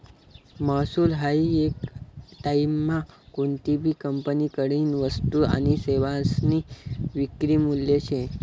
महसूल हायी येक टाईममा कोनतीभी कंपनीकडतीन वस्तू आनी सेवासनी विक्री मूल्य शे